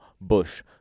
bush